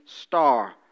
star